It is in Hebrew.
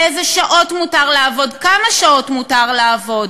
באילו שעות מותר לעבוד, כמה שעות מותר לעבוד,